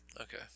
Okay